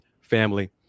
family